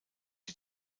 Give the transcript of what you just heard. die